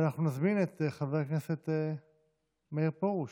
אנחנו נזמין את חבר הכנסת מאיר פרוש.